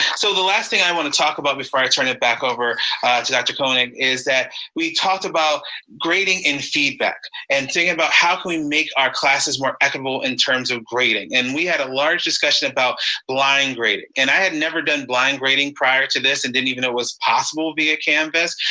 so the last thing i want to talk about before i turn it back over to dr. koenig, is that we talked about grading and feedback and thinking about how can we make our classes more equitable in terms of grading? and we had a large discussion about blind grading and i had never done blind grading prior to this and didn't even know it was possible via canvas,